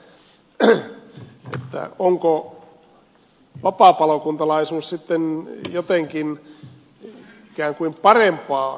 mustajärvi teki onko vapaapalokuntalaisuus sitten jotenkin ikään kuin parempaa toimintaa